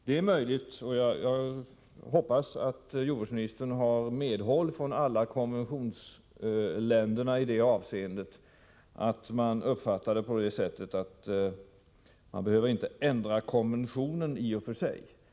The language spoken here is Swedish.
Det är möjligt — och jag hoppas att jordbruksministern har medhåll från länderna i det avseendet — att man uppfattar det på det sättet alla konventio: att man inte behöver ändra konventionen i och för sig.